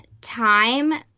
time